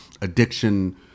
addiction